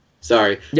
Sorry